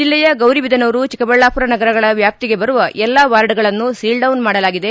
ಜೆಲ್ಲೆಯ ಗೌರಿಬದನೂರು ಚಿಕ್ಕಬಳ್ದಾಪುರ ನಗರಗಳ ವ್ಯಾಪ್ತಿಗೆ ಬರುವ ಎಲ್ಲಾ ವಾರ್ಡ್ಗಳನ್ನು ಸೀಲ್ಡೌನ್ ಮಾಡಲಾಗಿದೆ